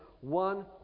one